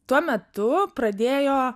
tuo metu pradėjo